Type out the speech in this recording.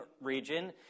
region